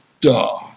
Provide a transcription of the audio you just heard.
duh